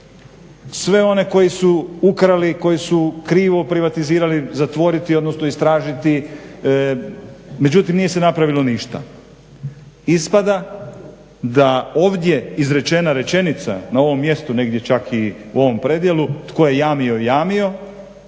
sve one koji su ukrali, koji su krivo privatizirali zatvoriti, odnosno istražiti. Međutim, nije se napravilo ništa. Ispada da ovdje izrečena rečenica na ovom mjestu negdje čak i u ovom predjelu tko je jamio, jamio